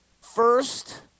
first